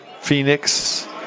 Phoenix